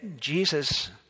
Jesus